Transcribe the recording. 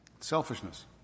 selfishness